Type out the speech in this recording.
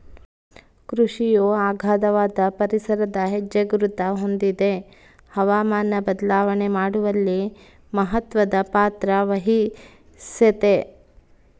ಕೃಷಿಯು ಅಗಾಧವಾದ ಪರಿಸರದ ಹೆಜ್ಜೆಗುರುತ ಹೊಂದಿದೆ ಹವಾಮಾನ ಬದಲಾವಣೆ ಮಾಡುವಲ್ಲಿ ಮಹತ್ವದ ಪಾತ್ರವಹಿಸೆತೆ